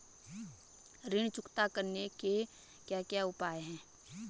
ऋण चुकता करने के क्या क्या उपाय हैं?